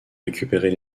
récupérer